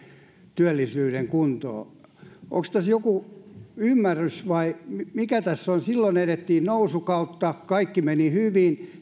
työllisyyden kuntoon onko tässä joku ymmärrys vai mikä tässä on silloin elettiin nousukautta kaikki meni hyvin